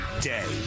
day